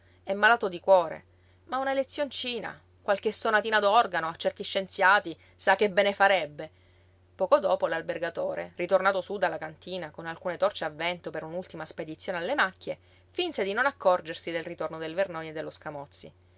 è malato di cuore ma una lezioncina qualche sonatina d'organo a certi scienziati sa che bene farebbe poco dopo l'albergatore ritornato sú dalla cantina con alcune torce a vento per un'ultima spedizione alle macchie finse di non accorgersi del ritorno del vernoni e dello scamozzi